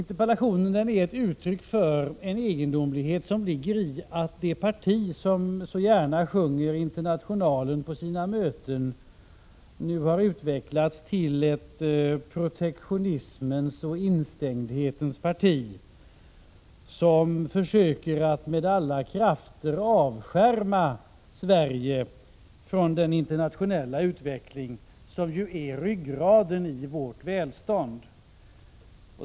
Interpellationen ger uttryck för en viss egendomlighet, nämligen att det parti som så gärna sjunger Internationalen på sina möten nu har utvecklats till ett protektionismens och instängdhetens parti, som försöker att med alla krafter avskärma Sverige från den internationella utvecklingen, som ju utgör ryggraden när det gäller vårt välstånd.